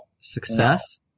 success